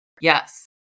Yes